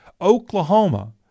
Oklahoma